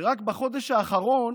שרק בחודש האחרון